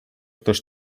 też